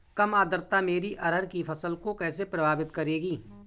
कम आर्द्रता मेरी अरहर की फसल को कैसे प्रभावित करेगी?